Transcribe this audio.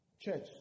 Church